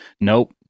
Nope